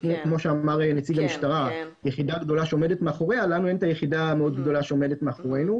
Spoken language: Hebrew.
כמו שאמר נציג המשטרה יחידה גדולה שעומדת מאחוריה.